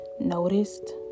noticed